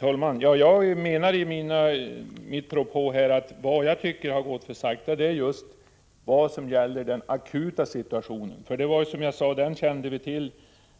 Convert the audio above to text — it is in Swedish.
Herr talman! Jag menade i min propå att vad som har gått för sakta är just det som gäller den akuta situationen. Den kände vi ju till